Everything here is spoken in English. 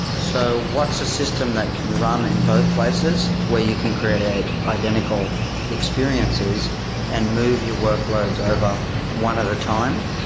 so what's a system that can run in both places where you can create identical experiences and move your workloads over one at a time,